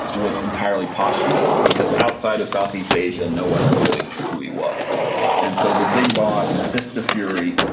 was entirely posthumous because outside of southeast asia, no one really knew who he was and so the big boss, fist of fury,